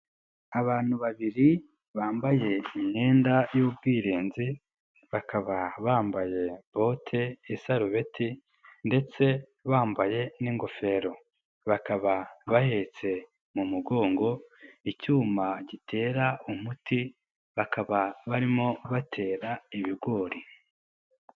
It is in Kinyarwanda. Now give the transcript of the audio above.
Abantu babiri bambaye imyenda y'ubwirinzi bakaba bambaye bote, isarobeti ndetse bambaye n'ingofero bakaba bahetse mu mugongo icyuma gitera umuti bakaba barimo batera ibigori.